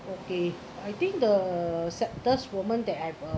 okay I think the saddest moment that I've uh